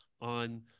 on